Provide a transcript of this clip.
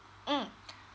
mmhmm